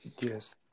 Yes